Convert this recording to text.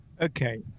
Okay